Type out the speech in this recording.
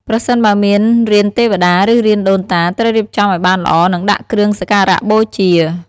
ប្រសិនបើមានរានទេវតា ឬរានដូនតា ត្រូវរៀបចំឲ្យបានល្អ និងដាក់គ្រឿងសក្ការៈបូជា។